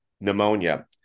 pneumonia